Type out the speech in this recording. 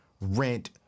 rent